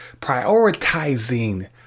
prioritizing